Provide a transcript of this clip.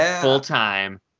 full-time